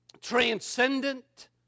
transcendent